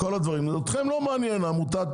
אתכם לא מעניין, עמותת